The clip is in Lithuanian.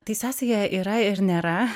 tai sąsaja yra ir nėra